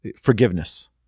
forgiveness